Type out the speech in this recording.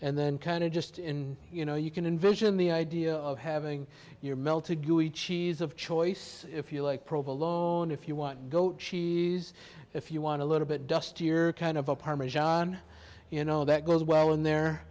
and then kind of just in you know you can envision the idea of having your melted gooey cheese of choice if you like provolone if you want goat cheese if you want a little bit dusty your kind of a parmesan you know that goes well in there